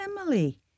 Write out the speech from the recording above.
Emily